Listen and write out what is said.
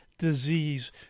disease